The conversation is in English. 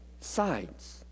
sides